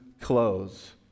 clothes